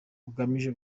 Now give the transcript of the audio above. ugamije